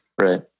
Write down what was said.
Right